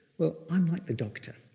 well, i'm like the doctor.